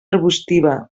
arbustiva